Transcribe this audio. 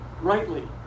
Rightly